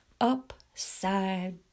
Upside